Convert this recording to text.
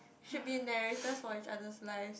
should be narrator for each other's lives